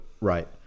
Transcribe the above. Right